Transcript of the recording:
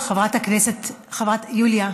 חברת הכנסת יוליה,